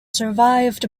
survived